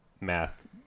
math